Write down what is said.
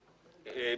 יורק.